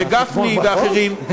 מגפני ואחרים,